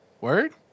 Word